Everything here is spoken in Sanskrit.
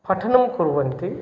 पठनं कुर्वन्ति